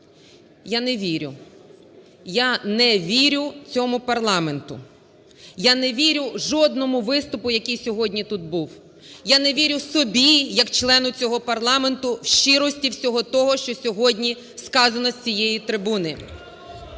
Я не вірю, я не вірю цьому парламенту, я не вірю жодному виступу, який сьогодні тут був. Я не вірю собі як члену цього парламенту в щирості всього того, що сьогодні сказано з цієї трибуни.